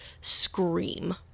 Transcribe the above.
scream